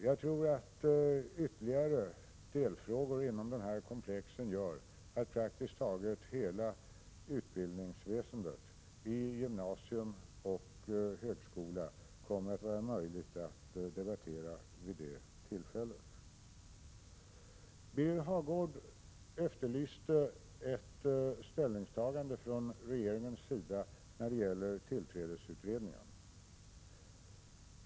Jag tror att ytterligare delfrågor inom de här komplexen gör att praktiskt taget hela utbildningsväsendet i gymnasium och högskola kommer att vara möjligt att debattera vid det tillfället. Birger Hagård efterlyste ett ställningstagande från regeringens sida när det gäller tillträdesutredningen.